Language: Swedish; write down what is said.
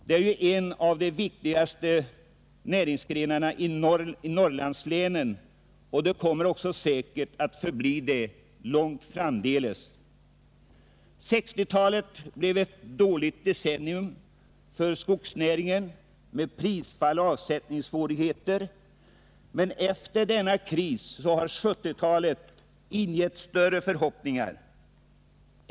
Det är ju en av de viktigaste näringsgrenarna i Norrlandslänen, och den kommer också säkerligen att förbli det lång tid framöver. 1960-talet blev ett dåligt decennium för skogsnäringen med prisfall och avsättningssvårigheter, men efter denna kris har 1970-talet ingett större förhoppningar.